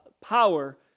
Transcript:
power